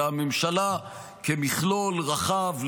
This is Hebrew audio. אלא הממשלה כמכלול רחב,